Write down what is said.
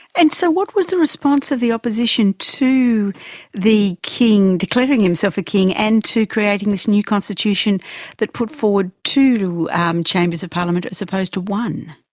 and so what was the response of the opposition to the king declaring himself a king and to creating this new constitution that put forward two chambers of parliament as opposed to one?